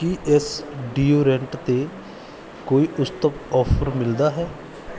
ਕੀ ਇਸ ਡੀਓਡਰੈਂਟ 'ਤੇ ਕੋਈ ਉਤਸਵ ਆਫ਼ਰ ਮਿਲਦਾ ਹੈ